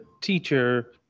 teacher